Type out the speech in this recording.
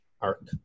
arc